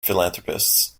philanthropists